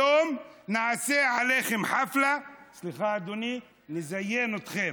היום נעשה עליכם חפלה, סליחה, אדוני, נזיין אתכם.